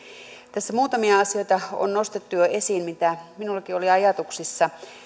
tässä muutamia asioita on nostettu jo esiin mitä minullakin oli ajatuksissa